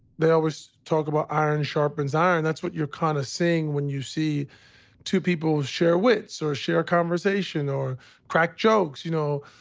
they always talk about iron sharpens iron. that's what you're kind of seeing when you see two people share wits or share conversation or crack jokes. you know,